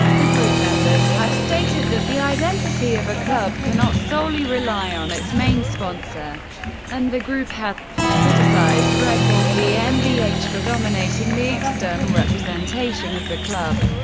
the group members have stated that the identity of a club cannot solely rely on its main sponsor and the group has criticized red bull gmbh for dominating the external representation of the club.